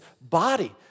body